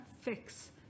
fix